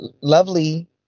Lovely